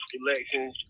elections